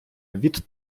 від